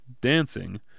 dancing